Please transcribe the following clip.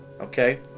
okay